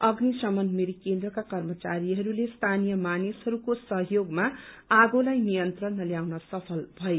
अग्नि शमन मिरिक केन्द्रका कर्मचारीहरूले स्थानीय मानिसहरूको सहयोगमा आगोलाई नियन्त्रणमा ल्याउन सफल भए